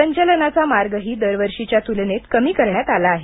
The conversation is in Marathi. संचलनाचा मार्गही दर वर्षीच्या तुलनेत कमी करण्यात आला आहे